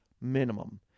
minimum